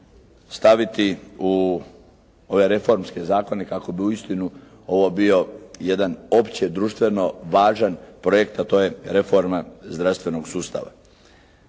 staviti u ove reformske zakone kako bi uistinu ovo bio jedan općedruštveno važan projekt, a to je reforma zdravstvenog sustava.